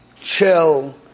chill